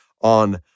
on